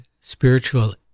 spiritual